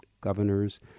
governors